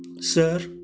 sir